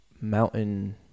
mountain